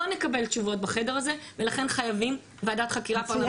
לא נקבל תשובות בחדר הזה ולכן חייבים וועדת חקירה פרלמנטרית.